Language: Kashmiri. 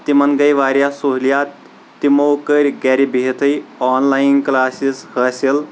تِمن گے واریاہ سہولیات تِمو کٔرۍ گرِ بہتھٕے آن لاین کلاسز حٲصل